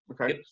Okay